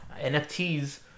NFTs